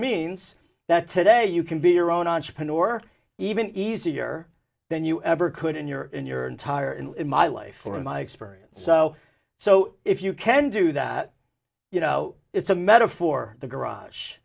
means that today you can be your own entrepreneur even easier than you ever could in your in your entire in my life or in my experience so so if you can do that you know it's a metaphor garage